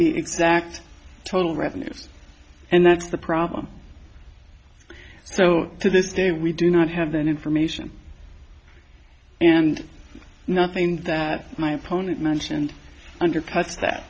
the exact total revenues and that's the problem so to this day we do not have that information and nothing that my opponent mentioned undercuts that